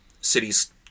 cities